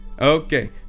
Okay